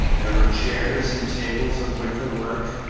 there were chairs and tables of wicker-work,